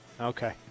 Okay